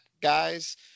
guys